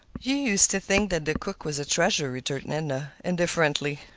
you used to think the cook was a treasure, returned edna, indifferently.